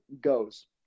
goes